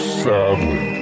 sadly